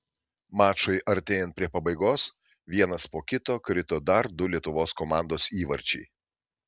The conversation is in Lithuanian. mačui artėjant prie pabaigos vienas po kito krito dar du lietuvos komandos įvarčiai